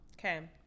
Okay